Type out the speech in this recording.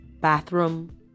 bathroom